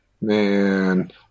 Man